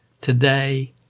Today